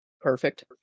perfect